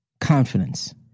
confidence